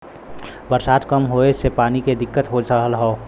बरसात कम होए से पानी के दिक्कत हो रहल हौ